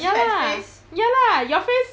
ya lah ya lah your face